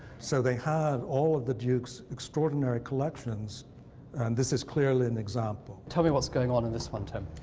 so they had all of the duke's extraordinary collections. and this is clearly an example. campbell tell me what's going on in this one, tim.